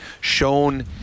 shown